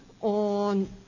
on